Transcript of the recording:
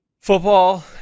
football